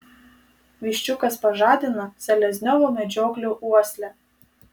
viščiukas pažadina selezniovo medžioklio uoslę